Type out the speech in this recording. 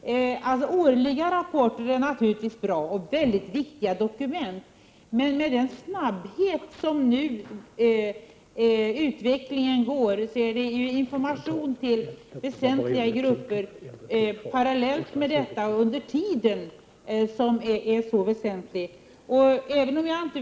Årliga rapporter är naturligtvis mycket viktiga dokument, men med tanke på den snabbhet som utvecklingen nu har är det angeläget med en fortlöpande information till väsentliga grupper mellan dessa rapporter.